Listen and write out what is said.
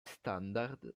standard